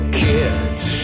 kids